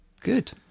good